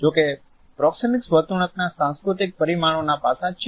જો કે પ્રોક્સિમીક્સ વર્તણૂકના સાંસ્કૃતિક પરિમાણોના પાસાં જ છે